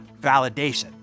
validation